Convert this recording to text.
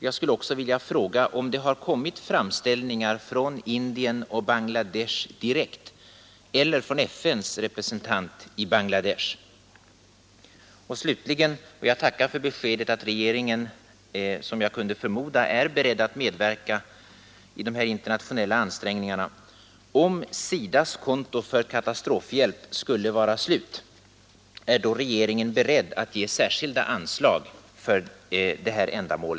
Jag skulle också vilja fråga om det kommit framställningar från Indien och Bangladesh direkt eller från FN:s representant i Bangladesh. Jag tackar för beskedet att regeringen, som jag kunde förmoda, är beredd att medverka i dessa internationella ansträngningar. Om SIDA:s konto för katastrofhjälp skulle vara slut; är regeringen då beredd ge särskilda anslag för detta ändamål?